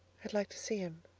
i'd like to see him,